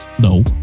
No